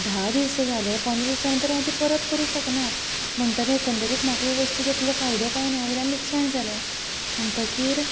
धा दीस जालें पंदरा दिसा नंतर हांव ती परत करूंक शकना म्हणटकीर एकंदरीत म्हाका ही वस्तू घेतली फायदो कांय ना वयल्यान लुकसाण जालें म्हणटकीर